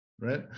right